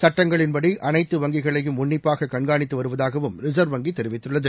சட்டங்களின்படி அனைத்து வங்கிகளையும் உள்ளிப்பாக கண்காணித்து வருவதாகவும் ரிசா்வ் வங்கி தெரிவித்துள்ளது